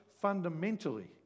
fundamentally